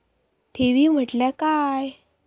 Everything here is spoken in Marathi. ठेवी म्हटल्या काय?